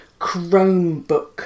Chromebook